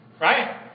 right